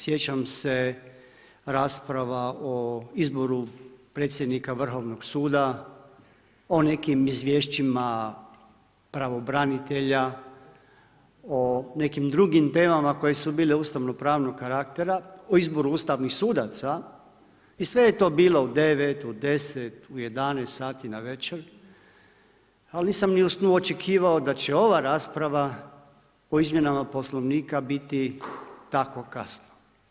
Sjećam se rasprava o izboru predsjednika Vrhovnog suda o neki izvješćima pravobranitelja, o nekim drugim temama koje su bile ustavno-pravnog karaktera o izboru ustavnih sudaca i sve je to bilo u 9, u 10, u 11 sati navečer, ali nisam ni u snu očekivao da će ova rasprava o izmjenama Poslovnika biti tako kasno.